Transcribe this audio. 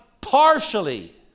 partially